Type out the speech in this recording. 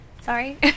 Sorry